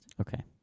Okay